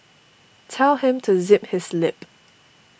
tell him to zip his lip